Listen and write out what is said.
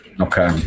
Okay